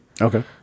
Okay